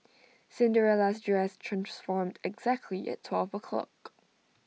Cinderella's dress transformed exactly at twelve o'clock